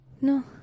No